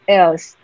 else